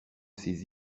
ses